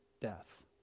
death